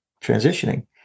transitioning